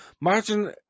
Imagine